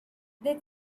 they